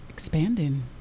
Expanding